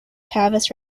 tavis